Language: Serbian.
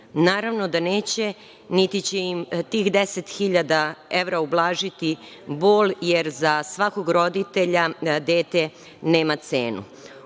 Naravno da neće niti će im tih 10.000 evra ublažiti bol, jer za svakog roditelja dete nema cenu. Ovo